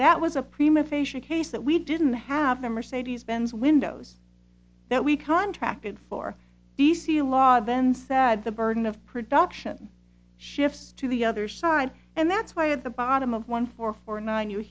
facia case that we didn't have the mercedes benz windows that we contracted for d c law then said the burden of production shifts to the other side and that's why at the bottom of one four four nine you